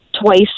twice